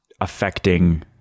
affecting